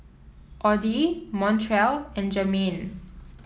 Audy Montrell and Jermain